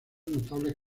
notables